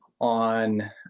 on